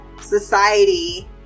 society